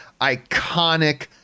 iconic